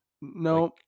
No